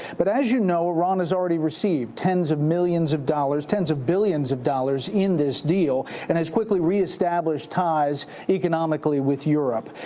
but as you know, iran has already received tens of millions of dollars tens of billions of dollars in this deal and has quickly reestablished ties economically with europe.